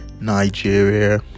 nigeria